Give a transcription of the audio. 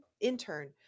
intern